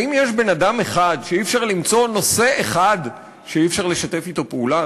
האם יש בן-אדם אחד שאי-אפשר למצוא נושא אחד שיהיה אפשר לשתף אתו פעולה?